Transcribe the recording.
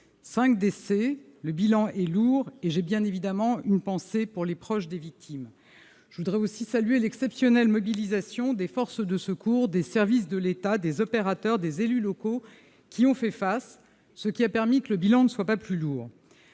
décès, le bilan est lourd, et j'ai bien évidemment une pensée pour les proches des victimes. Je veux aussi saluer l'exceptionnelle mobilisation des forces de secours, des services de l'État, des opérateurs et des élus locaux, qui ont fait face, ce qui a permis que le bilan ne soit pas plus lourd.